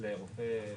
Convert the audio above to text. לרופא לחודש.